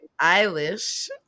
eilish